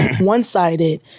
one-sided